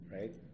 right